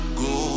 go